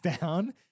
down